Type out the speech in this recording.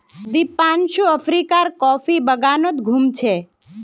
दीपांशु अफ्रीकार कॉफी बागानत घूम छ